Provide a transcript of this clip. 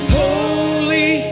holy